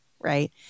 Right